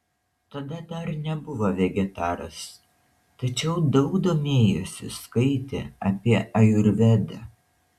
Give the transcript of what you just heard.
tada dar nebuvo vegetaras tačiau daug domėjosi skaitė apie ajurvedą